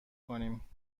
کنیم